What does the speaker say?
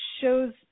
shows